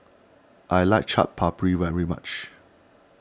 I like Chaat Papri very much